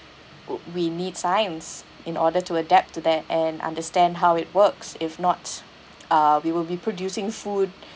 ugh we need science in order to adapt to that and understand how it works if not uh we will be producing food